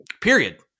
Period